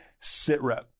SITREP